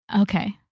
Okay